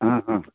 हँ हँ